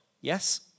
Yes